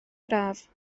braf